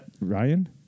Ryan